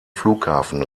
flughafen